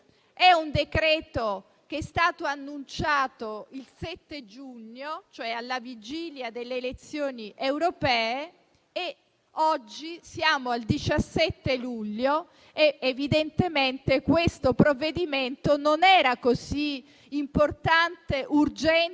infatti è stato annunciato il 7 giugno, cioè alla vigilia delle elezioni europee, e oggi siamo al 17 luglio: evidentemente quindi questo provvedimento non era così importante, urgente